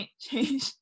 change